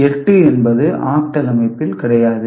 8 என்பது ஆக்டல் அமைப்பில் கிடையாது